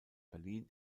berlin